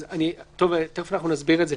תכף אנחנו נסביר את זה.